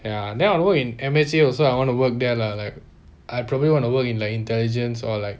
ya then I work in M H A also I wanna work there lah like I probably wanna work in the intelligence or like